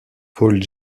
paul